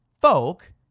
folk